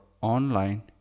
online